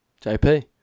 JP